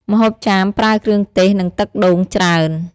ម្ហូបចាមប្រើគ្រឿងទេស និងទឹកដូងច្រើន។